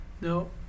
No